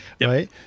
right